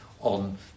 on